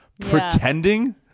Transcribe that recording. pretending